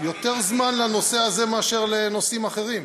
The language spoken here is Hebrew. זמן לנושא הזה מאשר לנושאים אחרים.